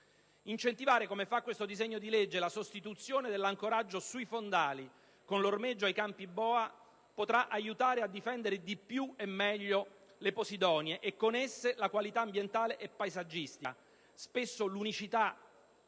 Incentivare, come fa questo disegno di legge, la sostituzione dell'ancoraggio sui fondali con l'ormeggio ai campi boa potrà aiutare a difendere di più e meglio le posidonie e, con esse, la qualità ambientale e paesaggistica e, spesso, l'unicità